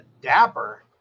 dapper